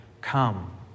come